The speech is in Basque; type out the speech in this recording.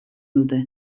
dute